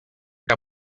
que